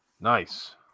Nice